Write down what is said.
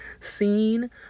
scene